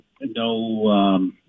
no